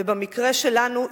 ובמקרה שלנו,